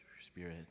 Spirit